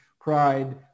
pride